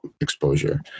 exposure